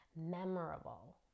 memorable